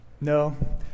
No